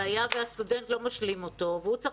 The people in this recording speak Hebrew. והיה והסטודנט לא משלים אותו והוא צריך